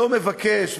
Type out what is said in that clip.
לא מבקש,